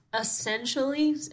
essentially